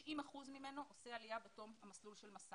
90 אחוזים מהם עושה עלייה בתום המסלול של מסע.